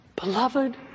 beloved